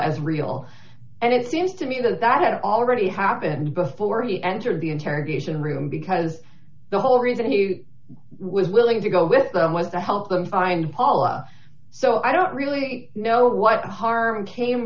as real and it seems to me that that had already happened before he entered the interrogation room because the whole reason he was willing to go with them was to help them find paula so i don't really know what harm came